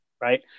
Right